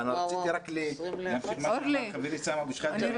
אבל רציתי להמשיך מה שאמר חברי סמי אבו שחאדה,